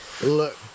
Look